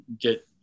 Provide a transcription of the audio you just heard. get